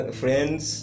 friends